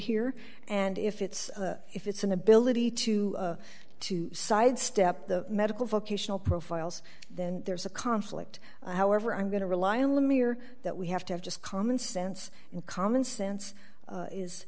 here and if it's if it's an ability to to sidestep the medical vocational profiles then there's a conflict however i'm going to rely on the me or that we have to have just common sense and common sense